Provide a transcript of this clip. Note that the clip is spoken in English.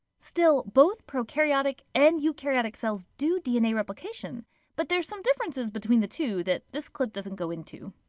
still both prokaryotic and eukaryotic cells do dna replicationm but there's some differences between the two that this clip doesn't go into.